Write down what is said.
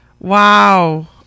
Wow